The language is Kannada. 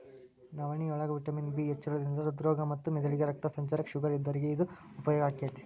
ನವನಿಯೋಳಗ ವಿಟಮಿನ್ ಬಿ ಹೆಚ್ಚಿರೋದ್ರಿಂದ ಹೃದ್ರೋಗ ಮತ್ತ ಮೆದಳಿಗೆ ರಕ್ತ ಸಂಚಾರಕ್ಕ, ಶುಗರ್ ಇದ್ದೋರಿಗೆ ಇದು ಉಪಯೋಗ ಆಕ್ಕೆತಿ